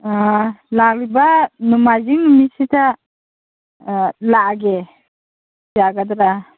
ꯑ ꯂꯥꯛꯂꯤꯕ ꯅꯣꯡꯃꯥꯏꯖꯤꯡ ꯅꯨꯃꯤꯠꯁꯤꯗ ꯂꯥꯛꯑꯒꯦ ꯌꯥꯒꯗꯔꯥ